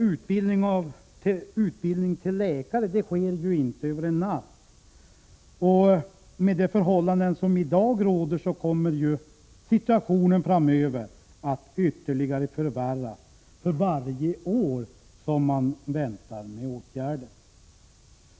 Utbildning till läkare går ju inte över en natt. Med förhållanden som i dag råder kommer situationen framöver att yttterligare förvärras varje år som man väntar med åtgärder.